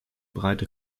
breite